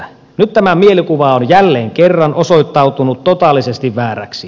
nyt tämä mielikuva on jälleen kerran osoittautunut totaalisesti vääräksi